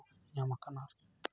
ᱟᱠᱟᱱᱟ ᱟᱨᱠᱤ